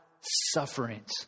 sufferings